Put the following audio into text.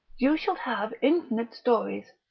you shall have infinite stories,